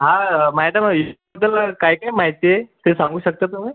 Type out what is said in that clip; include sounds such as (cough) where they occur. हा मॅडम इन्स्टि (unintelligible) बद्दल काय काय माहिती आहे ते सांगू शकता तुम्ही